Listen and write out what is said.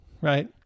right